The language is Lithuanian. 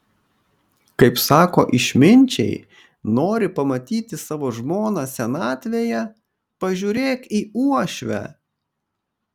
kaip sako išminčiai nori pamatyti savo žmoną senatvėje pažiūrėk į uošvę